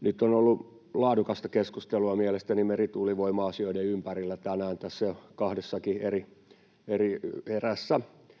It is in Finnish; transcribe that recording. Nyt on mielestäni ollut laadukasta keskustelua merituulivoima-asioiden ympärillä tänään tässä jo kahdessakin eri erässä.